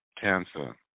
cancer